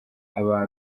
aba